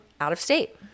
out-of-state